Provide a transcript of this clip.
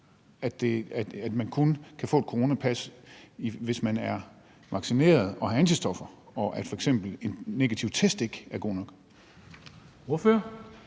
f.eks. kun kan få et coronapas, hvis man er vaccineret og har dannet antistoffer, og at f.eks. en negativ test ikke er god nok? Kl.